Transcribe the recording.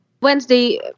Wednesday